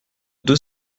deux